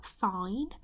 fine